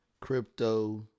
crypto